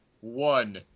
one